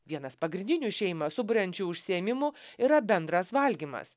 vienas pagrindinių šeimą suburiančių užsiėmimų yra bendras valgymas